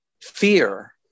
fear